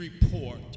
report